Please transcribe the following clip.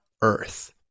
earth